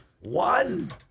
One